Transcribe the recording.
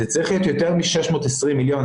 זה צריך להיות יותר מ-620 מיליון,